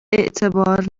اعتبار